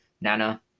nana